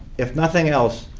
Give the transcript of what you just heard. if nothing else,